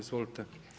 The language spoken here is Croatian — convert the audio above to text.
Izvolite.